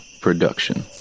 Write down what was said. production